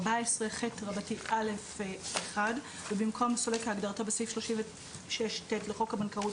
יבוא "14ח(א)(1)" ובמקום "סולק כהגדרתו בסעיף 36ט לחוק הבנקאות